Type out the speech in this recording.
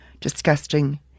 disgusting